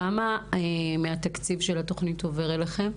כמה מהתקציב של התוכנית עובר אליכם?